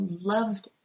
loved